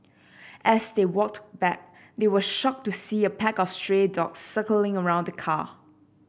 as they walked back they were shocked to see a pack of stray dogs circling around the car